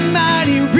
mighty